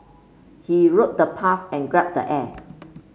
he wrote the path and grab the air